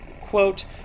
quote